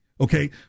okay